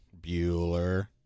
Bueller